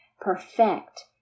perfect